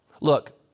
Look